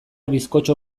bizkotxo